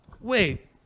Wait